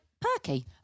perky